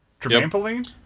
Trampoline